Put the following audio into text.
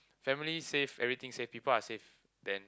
family safe everything safe people are safe then